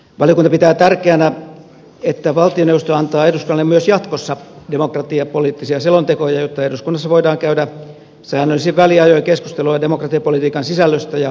valiokunta pitää tärkeänä että valtioneuvosto antaa eduskunnalle myös jatkossa demokratiapoliittisia selontekoja jotta eduskunnassa voidaan käydä säännöllisin väliajoin keskustelua demokratiapolitiikan sisällöstä ja kehittämistarpeista